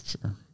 Sure